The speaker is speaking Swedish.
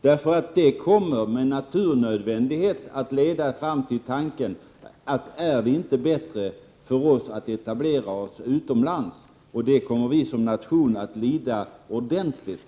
Det kommer, med naturnödvändighet, att leda fram till tanken om det inte är bättre att etablera sig utomlands. Det kommer vi som nation att lida ordentligt av.